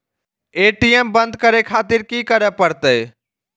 ATM बंद करें खातिर की करें परतें?